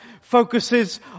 focuses